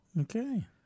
Okay